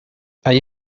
allí